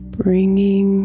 bringing